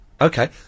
Okay